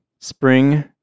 spring